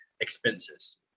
expenses